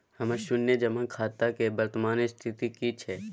हमर शुन्य जमा खाता के वर्तमान स्थिति की छै?